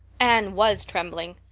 anne was trembling.